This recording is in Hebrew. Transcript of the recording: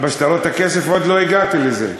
שטרות הכסף עוד לא הגעתי לזה.